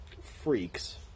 freaks